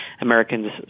Americans